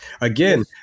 Again